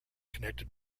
connected